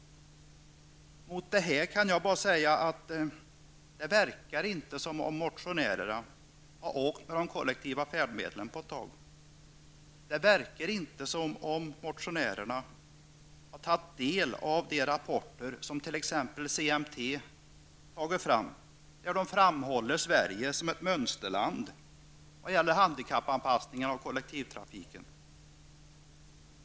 Mot detta kan jag bara säga att det inte verkar som om motionärerna har åkt med de kollektiva färdmedlen på ett tag. Det verkar inte som om motionärerna har tagit del de rapporter som t.ex. CEMT tagit fram, där Sverige framhålls som ett mönsterland vad gäller handikappanpassningen av kollektivtrafiken.